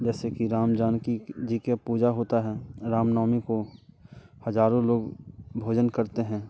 जैसे कि राम जानकी जी के पूजा होता है राम नवमी को हजारों लोग भोजन करते हैं